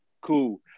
Cool